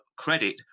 credit